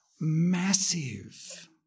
massive